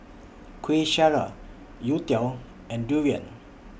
Kuih Syara Youtiao and Durian